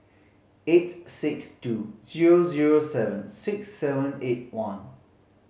eight six two zero zero seven six seven eight one